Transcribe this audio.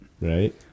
right